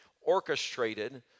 orchestrated